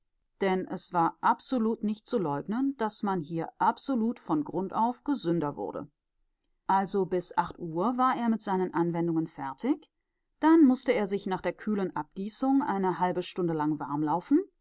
denn es war nicht zu leugnen daß man hier absolut von grund auf gesünder wurde also bis acht uhr war er mit seinen anwendungen fertig dann mußte er sich nach der kühlen abgießung eine halbe stunde lang warm